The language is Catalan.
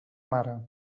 mare